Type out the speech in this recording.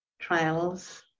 trials